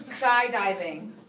skydiving